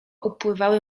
upływały